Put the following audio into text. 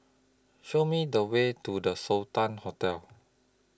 Show Me The Way to The Sultan Hotel